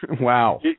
Wow